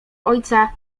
ojca